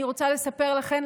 אני רוצה לספר לכם,